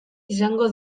izango